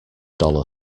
dollar